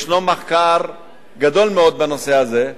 ישנו מחקר גדול מאוד בנושא הזה,